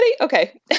Okay